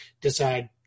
decide